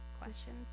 questions